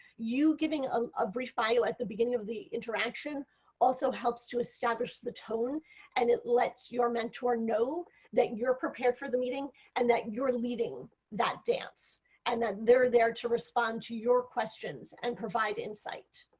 you giving a brief bio at the beginning of the interaction also helps to establish the town and it lets your mentor know that you are prepared for the meeting and that you are leading that stance and that they are there to respond to your questions and provide insight.